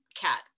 cat